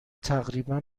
تقریبا